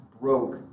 broke